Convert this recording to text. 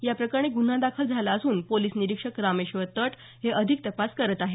या प्रकरणी गुन्हा दाखल झाला असून पोलिस निरीक्षक रामेश्वर तट हे अधिक तपास करत आहेत